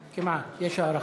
is, והתוצאות: